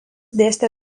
dėstė